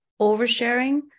oversharing